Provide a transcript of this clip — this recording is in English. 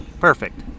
Perfect